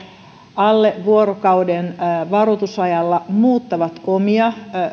alle vuorokauden varoitusajalla muuttavat omia